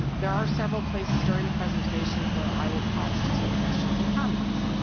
there are several places during the presentation where i will pause to take questions and comments.